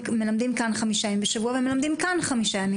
כאן חמישה ימים בשבוע והם מלמדים כאן חמישה ימים